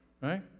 Right